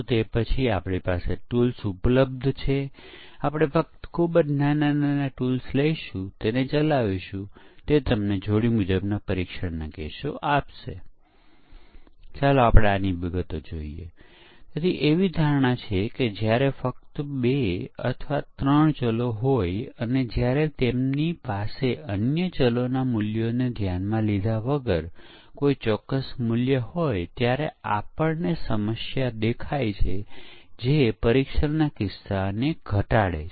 અને પછી પરીક્ષણ ટૂલ સપોર્ટ છે તેથી જો પરીક્ષણ સાધનોનો ઉપયોગ અનુભવી લોકો દ્વારા કરવામાં આવે છે અને આપણને બાહ્ય વ્યક્તિઓની જરૂર પડી શકે છે ઉદાહરણ તરીકે વપરાશકર્તાઓ માટે ઉપયોગીતા પરીક્ષણો કરવા ઉદ્યોગના નિષ્ણાતોની જરૂર પડે છે